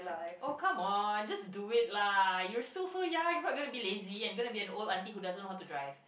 oh come on just do it lah you're still so young if you're gonna be lazy and gonna be an old auntie who doesn't know how to drive